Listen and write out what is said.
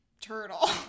Turtle